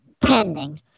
pending